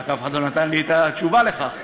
רק אף אחד לא נתן לי את התשובה על כך.